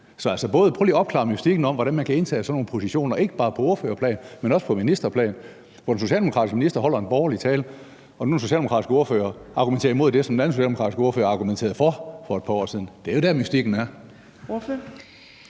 lige at opklare mystikken om, hvordan man kan indtage sådan nogle positioner, ikke bare på ordførerplan, men også på ministerplan, hvor den socialdemokratiske minister holder en borgerlig tale, og hvor den socialdemokratiske ordfører nu argumenterer imod det, som en anden socialdemokratisk ordfører argumenterede for for et par år siden. Det er jo der, mystikken er.